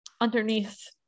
underneath